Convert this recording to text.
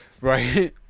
right